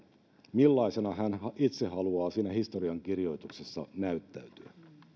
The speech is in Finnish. millaisena hän itse haluaa siinä historiankirjoituksessa näyttäytyä